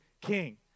king